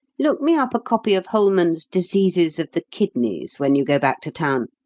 look me up a copy of holman's diseases of the kidneys when you go back to town.